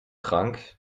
krank